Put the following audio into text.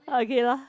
okay lor